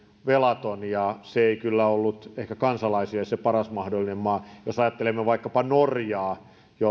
velaton ja se ei kyllä ollut ehkä kansalaisille se paras mahdollinen maa jos ajattelemme vaikkapa norjaa